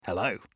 Hello